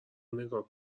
نگاه